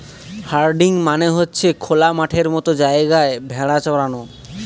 herding মানে হচ্ছে খোলা মাঠের মতো জায়গায় ভেড়া চরানো